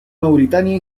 mauritania